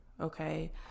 Okay